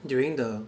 during the